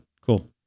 cool